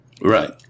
Right